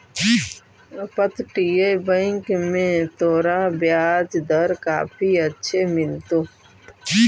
अपतटीय बैंक में तोरा ब्याज दर काफी अच्छे मिलतो